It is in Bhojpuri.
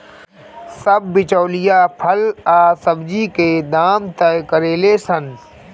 सब बिचौलिया फल आ सब्जी के दाम तय करेले सन